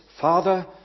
Father